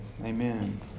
Amen